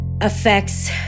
effects